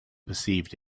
perceived